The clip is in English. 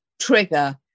trigger